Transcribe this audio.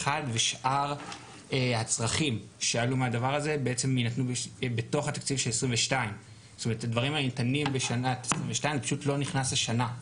ושאר הצרכים שעלו מהדבר הזה בעצם יינתנו בתוך התקציב של 2022. זאת אומרת הדברים הניתנים בשנת 2022 פשוט לא נכנסו השנה,